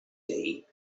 day